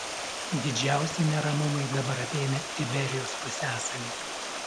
didžiausi neramumai dabar apėmę iberijos pusiasalį